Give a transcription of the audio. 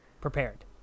prepared